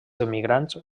emigrats